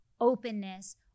openness